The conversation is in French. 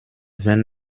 vingt